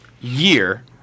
year